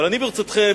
אבל, ברשותכם,